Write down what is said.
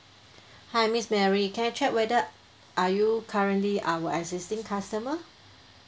hi miss mary can I check whether are you currently our existing customer